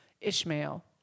Ishmael